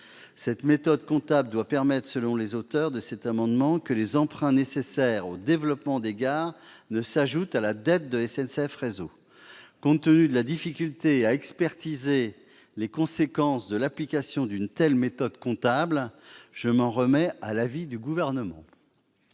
cette méthode comptable doit permettre de faire en sorte que les emprunts nécessaires au développement des gares ne s'ajoutent pas à la dette de SNCF Réseau. Compte tenu de la difficulté à expertiser les conséquences de l'application d'une telle méthode, je m'en remets à l'avis du Gouvernement.